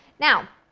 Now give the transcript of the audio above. now,